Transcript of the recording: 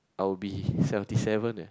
I'll be seventy seven leh